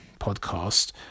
podcast